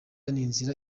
inzira